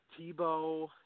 Tebow